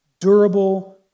durable